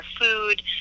food